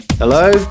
Hello